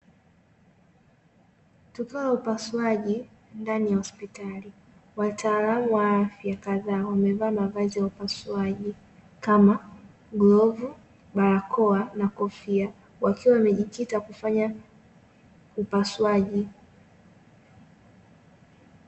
Chumba cha upasuaji hoospital wataalamu wa fedha wamevaa mavazi ya upasuaji kama ghorofa, barakoa na kofia wakiwa wamejikita kufanya upasuaji